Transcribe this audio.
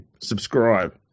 subscribe